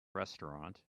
restaurant